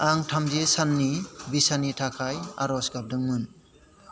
आं थामजि साननि भिजानि थाखाय आरज गाबदोंमोन